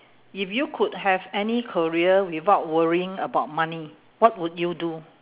if you could have any career without worrying about money what would you do